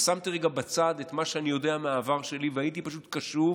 ושמתי רגע בצד את מה שאני יודע מהעבר שלי והייתי פשוט קשוב